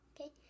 Okay